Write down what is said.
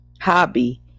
hobby